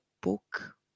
book